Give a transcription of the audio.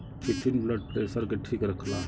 chitin blood pressure के ठीक रखला